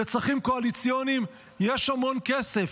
לצרכים קואליציוניים יש המון כסף,